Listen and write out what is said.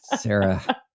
Sarah